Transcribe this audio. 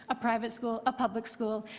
a private school, a public school,